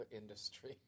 industry